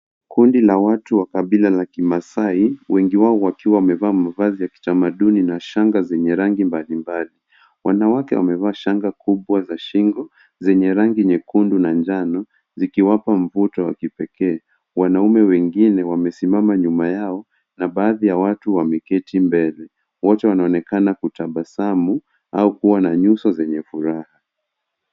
Kundi la watu wa kabila la kimaasai wengi wao wakiwa wamevaa mavazi ya kitamaduni na shanga zenye rangi mbali mbali. Wanawake wamevaa shanga kubwa za shingo zenye rangi nyekundu na njano zikiwapa mvuto wa kipekee. Wanaume wengine wamesimama nyuma yao na baadhi ya watu wameketi mbele. Wote wanaonekana kutabasamu au kuwa na nyuso zenye furaha.